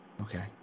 Okay